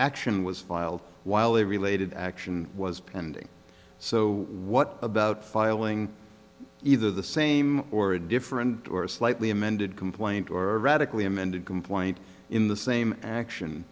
action was filed while a related action was pending so what about filing either the same or a different or slightly amended complaint or radically amended complaint in the same action